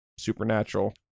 supernatural